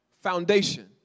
foundation